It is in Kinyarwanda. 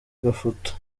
agafoto